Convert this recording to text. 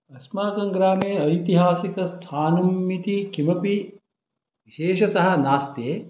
अस्माकङ्ग्रामे ऐतिहासिकस्थानम् इति किमपि विशेषतः नास्ति